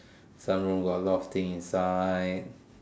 some room got a lot of thing inside